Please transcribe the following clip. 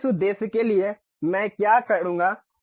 तो इस उद्देश्य के लिए कि मैं क्या करूंगा